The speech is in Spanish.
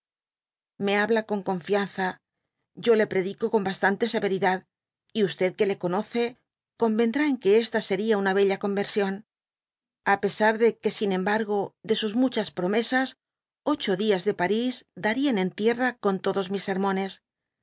me habla con confianza yo le predico con bastante severidad y o que le conoce convendrá en que esta seria una bella conversión á pesar de que sin embargo de sus muchas promesas ocho dias de paris darían en tierra eon todos joais sermones